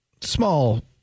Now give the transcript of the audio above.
small